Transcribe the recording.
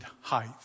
height